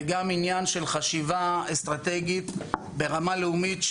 וגם עניין של חשיבה אסטרטגית ברמה לאומית,